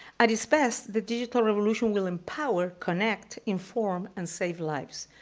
at its best, the digital revolution will empower, connect, inform, and save lives.